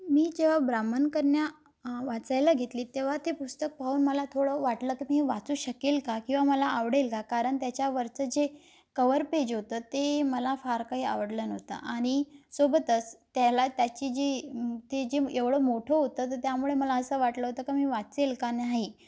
मी जेंव्हा ब्राह्मण कन्या वाचायला घेतली तेव्हा ते पुस्तक पाहून मला थोडं वाटलं की मी हे वाचू शकेल का किंवा मला आवडेल का कारण त्याच्यावरचं जे कवर पेज होतं ते मला फार काही आवडलं नव्हतं आणि सोबतच त्याला त्याची जी ते जे एवढं मोठं होतं त त्यामुळे मला असं वाटलं होतं का मी वाचेल का नाही